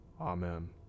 Amen